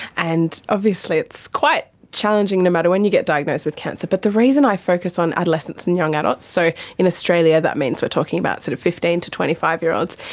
and obviously it's quite challenging, no matter when you get diagnosed with cancer, but the reason i focus on adolescents and young adults, so in australia that means we're talking about sort of fifteen to twenty five year olds,